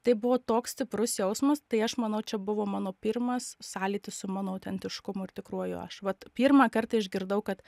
tai buvo toks stiprus jausmas tai aš manau čia buvo mano pirmas sąlytis su mano autentiškumu ir tikruoju aš vat pirmą kartą išgirdau kad